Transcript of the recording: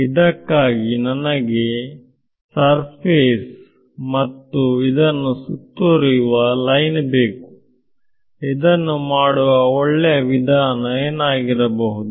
ಇದಕ್ಕಾಗಿ ನನಗೆ ಸರ್ಫೇಸ್ ಮತ್ತು ಇದನ್ನು ಸುತ್ತುವರಿಯುವ ಲೈನ್ ಬೇಕು ಇದನ್ನು ಮಾಡುವ ಒಳ್ಳೆಯ ವಿಧಾನ ಏನಾಗಿರಬಹುದು